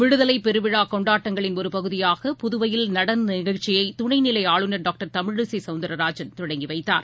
விடுதலைபெருவிழாகொண்டாட்டங்களின் ஒருபகுதியாக புதுவையில் நடனநிகழ்ச்சியைதுணைநிலைஆளுநர் டாக்டர் தமிழிசைசவுந்திரராஜன் தொடங்கிவைத்தார்